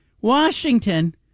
Washington